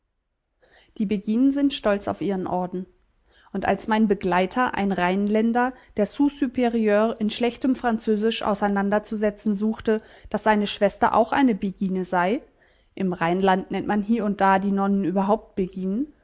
die beginen sind stolz auf ihren orden und als mein begleiter ein rheinländer der sous superieure in schlechtem französisch auseinanderzusetzen suchte daß seine schwester auch eine begine sei im rheinland nennt man hie und da die nonnen überhaupt beginen